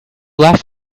laugh